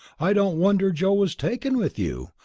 i don't wonder joe was taken with you!